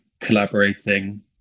collaborating